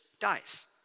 dies